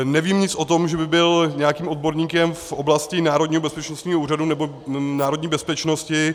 Nevím nic o tom, že by byl nějakým odborníkem v oblasti Národního bezpečnostního úřadu nebo národní bezpečnosti.